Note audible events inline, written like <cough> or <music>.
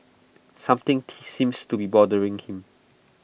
something <unintelligible> seems to be bothering him